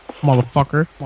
motherfucker